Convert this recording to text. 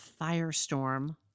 firestorm